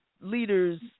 leaders